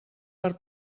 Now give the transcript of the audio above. per